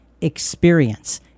experience